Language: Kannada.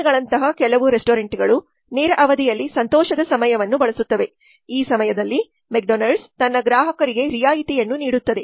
Donald ನಂತಹ ಕೆಲವು ರೆಸ್ಟೋರೆಂಟ್ಗಳು ನೇರ ಅವಧಿಯಲ್ಲಿ ಸಂತೋಷದ ಸಮಯವನ್ನು ಬಳಸುತ್ತವೆ ಈ ಸಮಯದಲ್ಲಿ ಮೆಕ್ಡೊನಾಲ್ಡ್ಸ್ ತನ್ನ ಗ್ರಾಹಕರಿಗೆ ರಿಯಾಯಿತಿಯನ್ನು ನೀಡುತ್ತದೆ